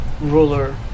ruler